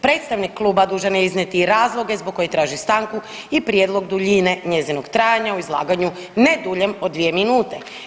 Predstavnik kluba dužan je iznijeti i razloge zbog kojih traži stanku i prijedlog duljine njezinog trajanja u izlaganju ne duljem od dvije minute.